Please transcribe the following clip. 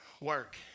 Work